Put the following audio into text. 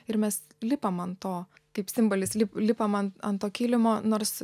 ir mes lipam ant to kaip simbolis lip lipam an ant kilimo nors